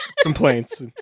complaints